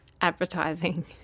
advertising